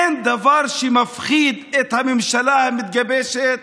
אין דבר שמפחיד את הממשלה המתגבשת